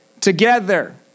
together